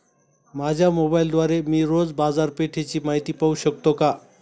माझ्या मोबाइलद्वारे मी रोज बाजारपेठेची माहिती पाहू शकतो का?